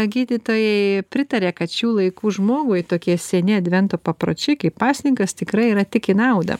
gydytojai pritaria kad šių laikų žmogui tokie seni advento papročiai kaip pasninkas tikrai yra tik į naudą